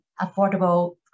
affordable